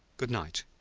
good night!